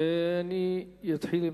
אני אתחיל.